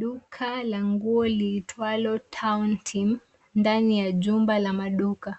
Duka la nguo liitwalo Town Team ndani ya jumba la maduka.